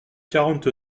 quarante